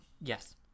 Yes